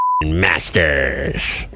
Masters